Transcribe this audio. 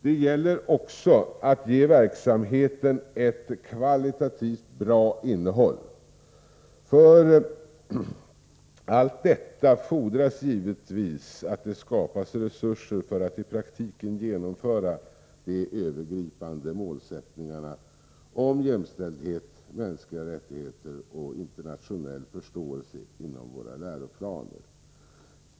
Det gäller också att ge verksamheten ett kvalitativt bra innehåll. För allt detta fordras givetvis att det skapas resurser för att i praktiken genomföra de övergripande målsättningarna om jämställdhet, mänskliga rättigheter och internationell förståelse inom våra läroplaner.